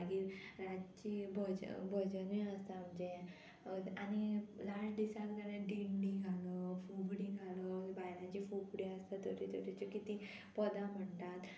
मागीर रातची भजन भजनूय आसा आमचें आनी लास्ट दिसा जाल्यार दिंडी घालप फुगडी घालप भायलांची फुगडी आसता तरे तरेचे कितें ती पदां म्हणटात